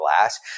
glass